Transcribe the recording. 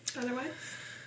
otherwise